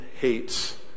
hates